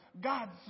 God's